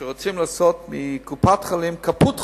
שרוצים לעשות מקופת-חולים "קפוט חולים".